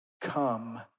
Come